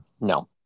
No